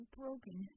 broken